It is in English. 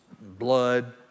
blood